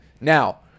Now